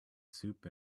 soup